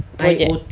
gojek